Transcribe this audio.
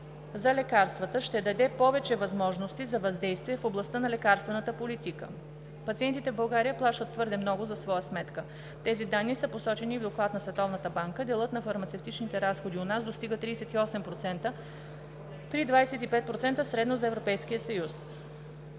за лекарствата ще даде повече възможности за въздействие в областта на лекарствената политика. Пациентите в България плащат твърде много за своя сметка. Тези данни са посочени и в Доклад на Световната банка – делът на фармацевтичните разходи у нас достига 38% при 25% средно за